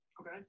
Okay